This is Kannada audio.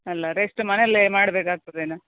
ಅಲ್ಲಾ ರೆಸ್ಟ್ ಮನೆಯಲ್ಲೇ ಮಾಡ್ಬೇಕು ಆಗ್ತದೇನ